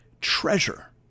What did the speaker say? Treasure